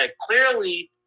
clearly